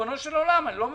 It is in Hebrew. ריבונו של עולם, אני לא מבין.